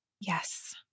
Yes